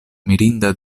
mirinda